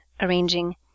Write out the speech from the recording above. arranging